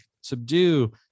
subdue